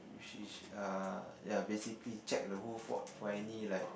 which is err ya basically check the whole fort for any like